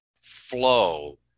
flow